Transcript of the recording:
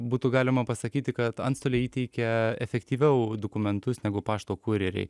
būtų galima pasakyti kad antstoliai įteikia efektyviau dokumentus negu pašto kurjeriai